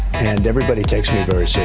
and everybody takes me very so